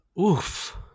Oof